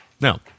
Now